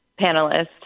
panelists